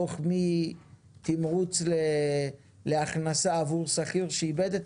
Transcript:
במקום תמרוץ להכנסה עבור שכיר שאיבד את